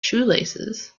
shoelaces